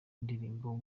indirimbo